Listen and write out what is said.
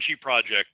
project